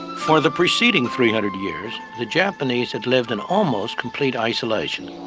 for the preceding three hundred years, the japanese had lived in almost complete isolation.